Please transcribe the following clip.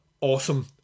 awesome